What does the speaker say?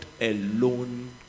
alone